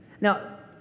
Now